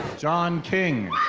john king.